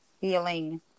healing